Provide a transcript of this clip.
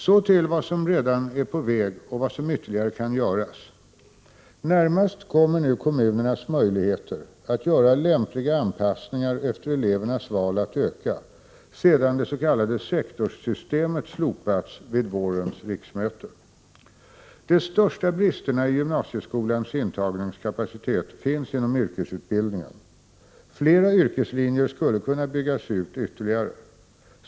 Så till vad som redan är på väg och vad som ytterligare kan göras: Närmast kommer nu kommunernas möjligheter att göra lämpliga anpassningar efter elevernas val att öka, sedan det s.k. sektorssystemet slopats vid vårens 95 riksmöte. De största bristerna i gymnasieskolans intagningskapacitet finns inom yrkesutbildningen. Flera yrkeslinjer skulle kunna byggas ut ytterligare.